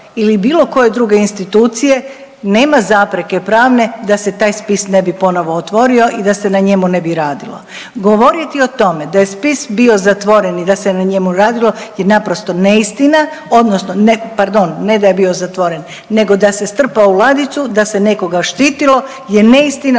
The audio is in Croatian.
ili bilo koje druge institucije nema zapreke pravne da se taj spis ne bi ponovo otvorio i da se na njemu ne bi radilo. Govoriti o tome da je spis bio zatvoren i da se na njemu radilo je naprosto neistina odnosno ne, pardon, ne da je bio zatvoren, nego da se strpao u ladicu i da se nekoga štitilo je neistina